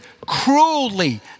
cruelly